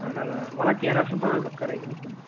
اہن حظ آ وَلہٕ حظ کیٚنٛہہ نہَ حظ چھُ پرواے بہٕ کرے کنسیٚشن